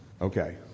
Okay